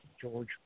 George